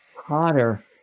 hotter